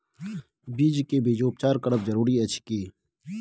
बीज के बीजोपचार करब जरूरी अछि की?